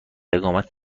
اقامت